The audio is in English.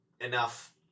enough